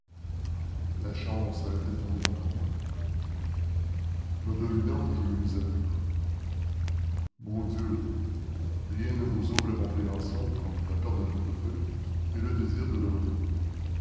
la chance allait-elle tourner contre moi me dominant je me mis à rire mon dieu rien ne vous ouvre la compréhension comme la perte d'un portefeuille et le désir de le retrouver